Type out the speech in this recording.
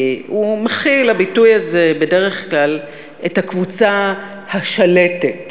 הביטוי הזה מכיל בדרך כלל את הקבוצה השלטת,